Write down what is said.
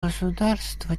государства